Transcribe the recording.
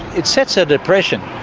it sets a depression.